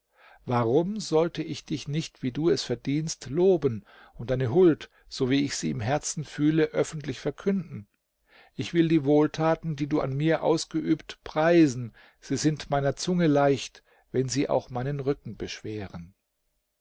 warum sollte ich dich nicht wie du es verdienst loben und deine huld so wie ich sie im herzen fühle öffentlich verkünden ich will die wohltaten die du an mir ausgeübt preisen sie sind meiner zunge leicht wenn sie auch meinen rücken beschweren